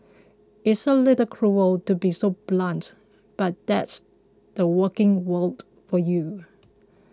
it's a little cruel to be so blunt but that's the working world for you